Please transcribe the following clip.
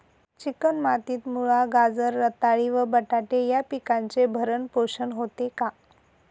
Chicken मातीत मुळा, गाजर, रताळी व बटाटे या पिकांचे भरण पोषण होते का?